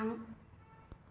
थां